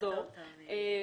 אני